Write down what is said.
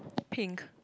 pink